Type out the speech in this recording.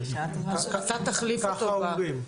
ככה אומרים.